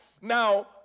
now